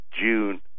June